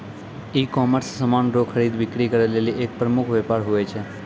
ecommerce समान रो खरीद बिक्री करै लेली एक प्रमुख वेपार हुवै छै